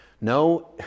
No